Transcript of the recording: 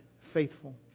faithful